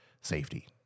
safety